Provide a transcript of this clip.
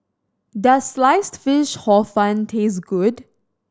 does Sliced Fish Hor Fun taste good